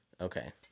Okay